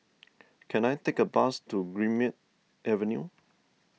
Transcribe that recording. can I take a bus to Greenmead Avenue